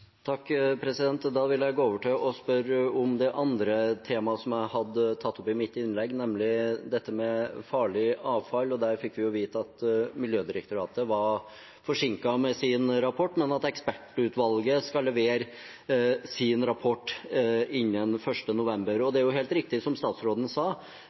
Da vil jeg gå over til å spørre om det andre temaet som jeg tok opp i mitt innlegg, nemlig dette med farlig avfall. Vi fikk vite at Miljødirektoratet var forsinket med sin rapport, men at ekspertutvalget skal levere sin rapport innen 1. november. Det er helt riktig som statsråden sa,